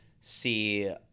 see